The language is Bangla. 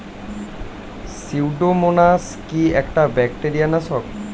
সিউডোমোনাস কি একটা ব্যাকটেরিয়া নাশক?